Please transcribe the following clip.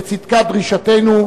בצדקת דרישתנו,